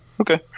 Okay